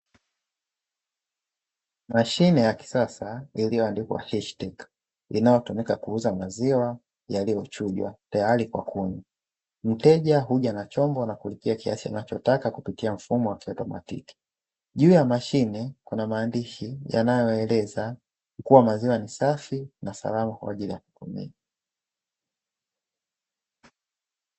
Mashine ya kisasa iliyoandikwa H-Tech inayotumika kuuza maziwa yaliyochujwa tayari kwa kunywa. Mteja huja na chombo na kulipia kiasi anachotaka kupitia mfumo wa kiotomatiki, juu ya mashine kuna maandishi yanayoeleza kuwa maziwa ni safi na salama kwa ajili ya kutumia.